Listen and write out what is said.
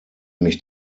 mich